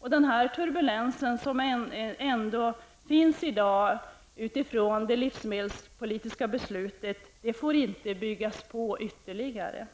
Den turbulens som förekommer i dag och som orsakats av det livsmedelspolitiska beslutet får inte förstärkas ytterligare.